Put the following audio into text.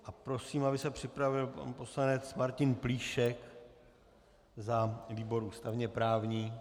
A prosím, aby se připravil pan poslanec Martin Plíšek za výbor ústavněprávní.